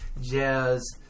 jazz